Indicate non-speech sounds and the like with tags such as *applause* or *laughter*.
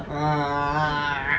*noise*